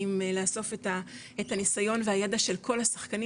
עם לאסוף את הניסיון והידע של כל השחקנים